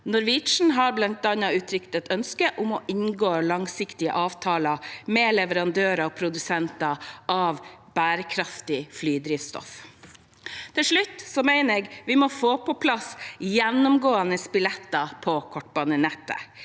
Norwegian har bl.a. uttrykt et ønske om å inngå langsiktige avtaler med leverandører og produsenter av bærekraftig flydrivstoff. Til slutt mener jeg vi må få på plass gjennomgående billetter på kortbanenettet.